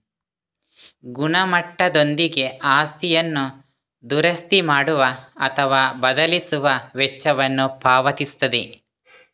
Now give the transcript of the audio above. ಗುಣಮಟ್ಟದೊಂದಿಗೆ ಆಸ್ತಿಯನ್ನು ದುರಸ್ತಿ ಮಾಡುವ ಅಥವಾ ಬದಲಿಸುವ ವೆಚ್ಚವನ್ನು ಪಾವತಿಸುತ್ತದೆ